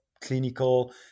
clinical